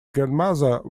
grandmother